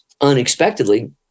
unexpectedly